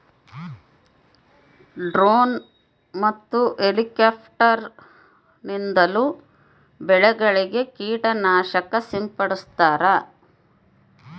drone ಮತ್ತು helicopter ನಿಂದಲೂ ಬೆಳೆಗಳಿಗೆ ಕೀಟ ನಾಶಕ ಸಿಂಪಡಿಸ್ತಾರ